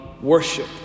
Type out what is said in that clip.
worship